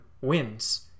wins